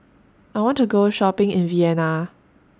I want to Go Shopping in Vienna